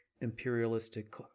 imperialistic